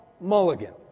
mulligan